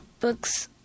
books